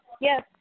Yes